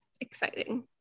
Exciting